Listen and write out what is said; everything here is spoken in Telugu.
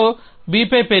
Bలో B పై పేర్చండి